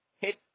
hit